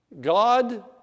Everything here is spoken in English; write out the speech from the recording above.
God